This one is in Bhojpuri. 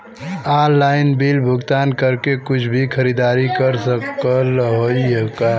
ऑनलाइन बिल भुगतान करके कुछ भी खरीदारी कर सकत हई का?